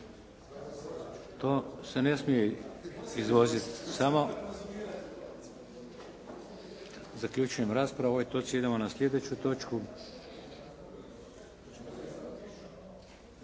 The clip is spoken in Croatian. To se ne smije izvoziti, samo… Zaključujem raspravu o ovoj točci. Idemo na sljedeću točku,